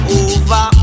over